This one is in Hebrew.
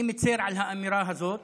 אני מצר על האמירה הזאת,